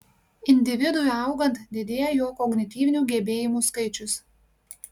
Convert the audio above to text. individui augant didėja jo kognityvinių gebėjimų skaičius